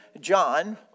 John